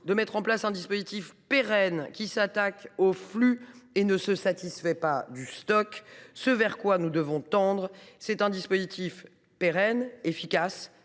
de mettre en place un dispositif pérenne qui s’attaque aux flux et ne se satisfait pas de gérer le stock. Nous devons tendre vers un dispositif pérenne, efficace